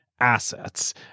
Assets